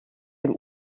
dem